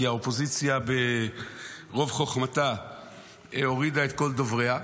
כי האופוזיציה ברוב חוכמתה הורידה את כל דובריה.